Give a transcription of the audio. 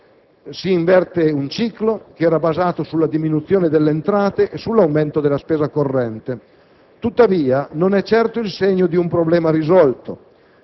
si inverte un ciclo che era basato sulla diminuzione delle entrate e sull'aumento della spesa corrente, tuttavia non è certo il segno di un problema risolto.